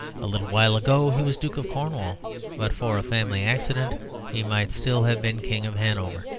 a little while ago he was duke of cornwall but for a family accident he might still have been king of hanover.